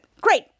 Great